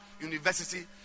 university